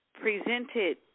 presented